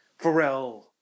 Pharrell